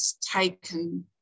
taken